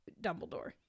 Dumbledore